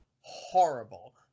horrible